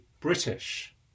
British